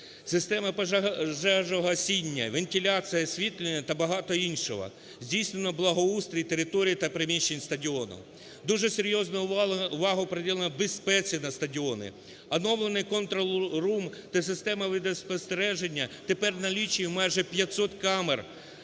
системи пожежогасіння, вентиляції, освітлення та багато іншого. Здійснено благоустрій територій та приміщень стадіону. Дуже серйозну увагу приділено безпеці на стадіоні, оновлений control room та система відеоспостереження тепер налічує майже 500 камер,